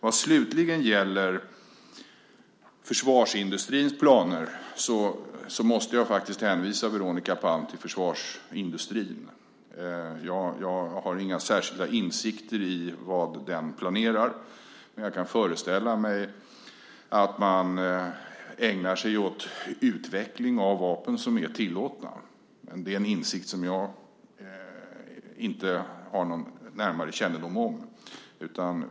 Vad gäller försvarsindustrins planer måste jag hänvisa Veronica Palm till försvarsindustrin. Jag har inga särskilda insikter i vad den planerar, men jag kan föreställa mig att den ägnar sig åt utveckling av vapen som är tillåtna. Det har jag dock inte närmare kännedom om.